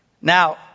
now